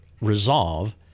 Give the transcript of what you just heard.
resolve